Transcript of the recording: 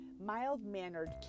mild-mannered